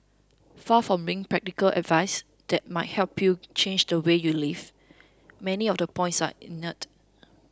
far from being practical advice that might help you change the way you live many of the points are